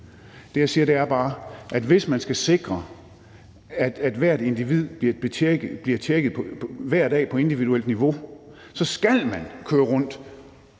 Det, jeg siger, er bare, at hvis man skal sikre, at hvert individ bliver tjekket hver dag på individuelt niveau, så skal man køre rundt